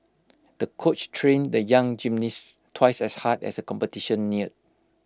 the coach trained the young gymnast twice as hard as the competition neared